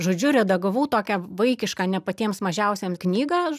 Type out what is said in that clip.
žodžiu redagavau tokią vaikišką ne patiems mažiausiems knygą